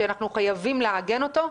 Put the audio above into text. שאנחנו חייבים לעגן אותו,